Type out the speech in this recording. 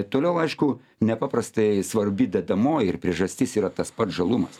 toliau aišku nepaprastai svarbi dedamoji ir priežastis yra tas pats žalumas